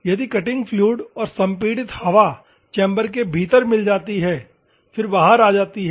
यदि cutting fluid और संपीड़ित हवा चैम्बर के भीतर मिल जाती है फिर बाहर आ जाती है